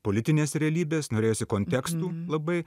politinės realybės norėjosi kontekstų labai